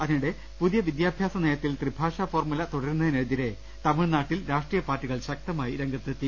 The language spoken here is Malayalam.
അതിനിടെ പുതിയ വിദ്യാഭ്യാസ നയത്തിൽ ത്രിഭാഷ ഫോർമുല തുടരുന്നതിനെതിരെ തമിഴ്നാട്ടിൽ രാഷ്ട്രീയ പാർട്ടി കൾ ശക്തമായി രംഗത്തെത്തി